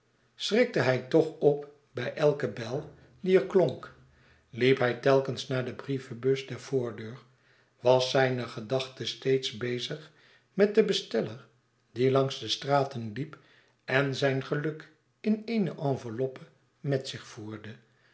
schrikte hij toch op bij elke bel die er klonk liep hij telkens naar de brievenbus der voordeur was zijne gedachte steeds bezig met den besteller die langs de straten liep en zijn geluk in eene enveloppe met zich voerde